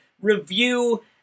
review